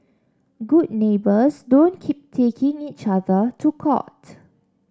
good neighbours don't keep taking each other to court